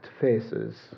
faces